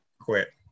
quit